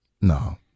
no